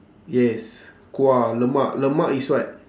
yes kuah lemak lemak is what